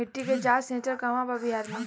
मिटी के जाच सेन्टर कहवा बा बिहार में?